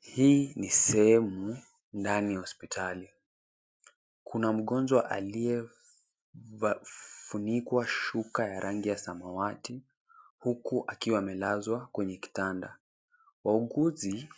Hii ni sehemu ndani ya hospitali. Kuna mgonjwa aliyefunikwa shuka ya rangi ya samawati, huku akiwa amelazwa kwenye kitanda. Wauguzi